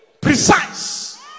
precise